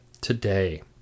today